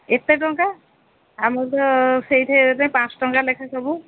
ଏତେ ଟଙ୍କା ଆମର ତ ସେଇଠି ଏବେ ପାଞ୍ଚ ଟଙ୍କା ଲେଖାଁ ସବୁ